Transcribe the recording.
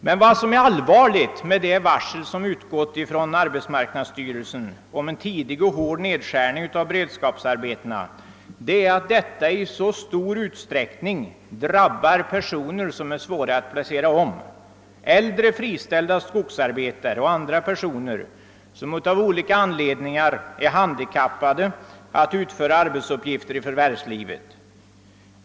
Men vad som är allvarligt med det varsel som utgått från arbetsmarknadsstyrelsen om en tidig och hård nedskärning av beredskapsarbetena är att nedskärningen i så stor utsträckning drabbar personer som är svåra att omplacera — äldre friställda skogsarbetare och andra personer som av olika anledningar är handikappade att utföra arbetsuppgifter i förvärvslivet.